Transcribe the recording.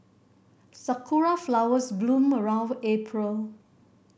sakura flowers bloom around April